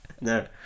No